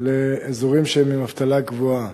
לאזורים שהם עם אבטלה גבוהה.